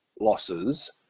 losses